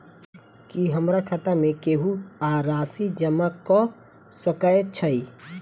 की हमरा खाता मे केहू आ राशि जमा कऽ सकय छई?